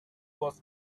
was